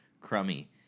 crummy